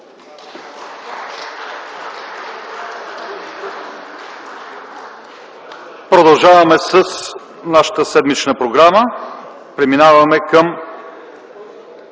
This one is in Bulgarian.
Продължаваме с нашата седмична програма. Преминаваме към: